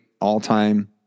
all-time